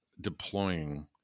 deploying